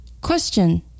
Question